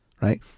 right